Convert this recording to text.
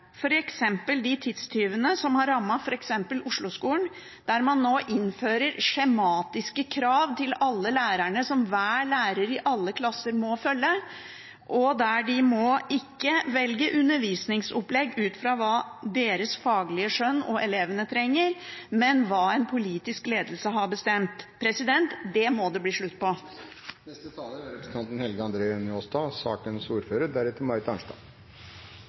f.eks. de tidstyvene som har rammet Osloskolen. Man innfører nå skjematiske krav til alle lærerne som hver lærer i alle klasser må følge, der de ikke må velge undervisningsopplegg ut fra deres faglige skjønn og hva elevene trenger, men ut fra hva en politisk ledelse har bestemt. Det må det bli slutt på. Det var representanten